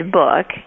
book